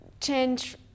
change